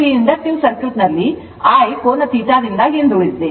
ಹಾಗಾಗಿ I ಕೋನ θ ರಿಂದ ಹಿಂದುಳಿದಿದೆ